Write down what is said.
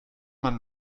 man